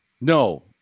No